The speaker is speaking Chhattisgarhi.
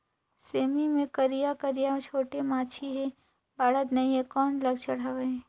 सेमी मे करिया करिया छोटे माछी हे बाढ़त नहीं हे कौन लक्षण हवय?